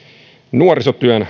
nuorisotyön